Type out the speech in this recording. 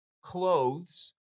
clothes